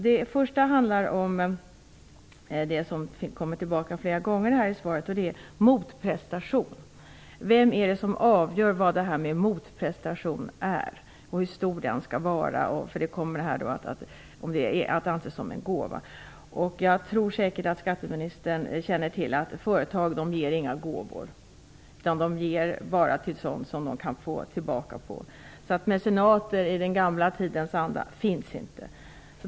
Den första frågan gäller det som nämns flera gånger i svaret, nämligen motprestation. Vem är det som fäller avgörandet när det gäller motprestation? Hur stor skall denna vara för att inte bidraget skall anses som en gåva? Jag tror att skatteministern säkert känner till att företag inte ger några gåvor, utan de ger bara till sådant där de kan räkna med att få någonting tillbaka. Den gamla tidens mecenater finns inte.